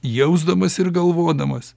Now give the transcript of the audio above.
jausdamas ir galvodamas